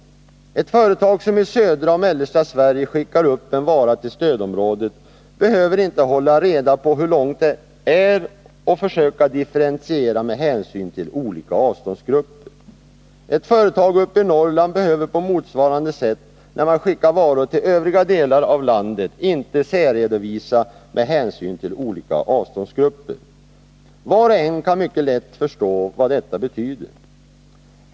Ett företag som i södra eller mellersta Sverige skickar upp en vara till stödområdet behöver inte hålla reda på hur lång sträckan är och försöka differentiera med hänsyn till olika avståndsgrupper. Ett företag uppe i Norrland behöver på motsvarande sätt, när det skickar varor till övriga delar avlandet, inte särredovisa med hänsyn till olika avståndsgrupper. Var och en kan mycket lätt förstå vad detta betyder.